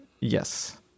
Yes